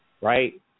right